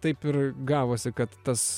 taip ir gavosi kad tas